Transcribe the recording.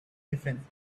difference